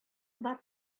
бар